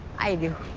i do.